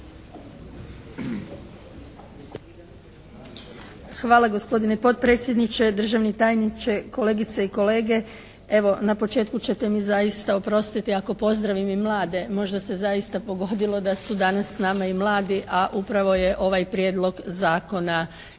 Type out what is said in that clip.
Hvala gospodine potpredsjedniče, državni tajniče, kolegice i kolege. Evo na početku ćete mi zaista oprostiti ako pozdravim i mlade. Možda se zaista pogodilo da su danas s nama i mladi, a upravo je ovaj Prijedlog zakona i na